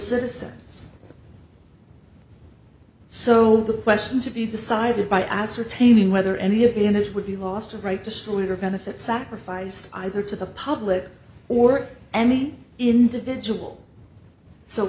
citizens so the question to be decided by ascertaining whether any advantage would be lost or right destroyed or benefit sacrificed either to the public or any individual so